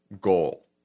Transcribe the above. goal